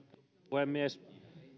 puhemies